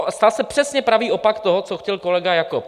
A stal se přesně pravý opak toho, co chtěl kolega Jakob.